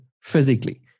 physically